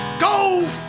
Go